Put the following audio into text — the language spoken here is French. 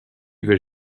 vais